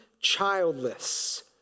childless